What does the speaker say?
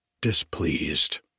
displeased